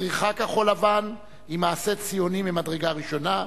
הצריכה כחול-לבן היא מעשה ציוני ממדרגה ראשונה,